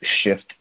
shift